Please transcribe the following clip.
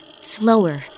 slower